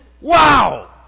Wow